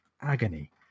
agony